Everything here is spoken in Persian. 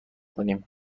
کنیم